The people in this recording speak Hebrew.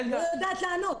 היא לא יודעת לענות.